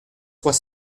trois